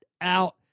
out